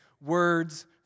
words